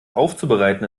aufzubereiten